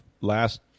last